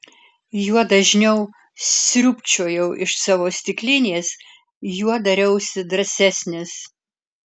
juo dažniau sriubčiojau iš savo stiklinės juo dariausi drąsesnis